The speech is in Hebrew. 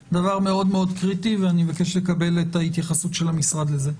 זה דבר מאוד מאוד קריטי ואני מבקש לקבל את ההתייחסות של המשרד לזה.